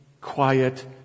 quiet